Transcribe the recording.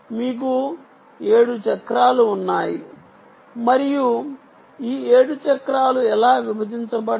మీకు 7 చక్రాలు ఉన్నాయి మరియు ఈ 7 చక్రాలు ఎలా విభజించబడ్డాయి